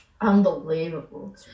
unbelievable